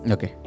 Okay